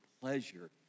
pleasure